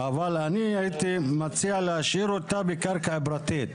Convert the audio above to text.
אבל אני הייתי מציעה להשאיר אותה בקרקע פרטית.